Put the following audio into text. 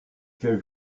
quel